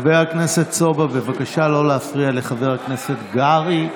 חבר הכנסת סובה, בבקשה לא להפריע לחבר הכנסת קרעי.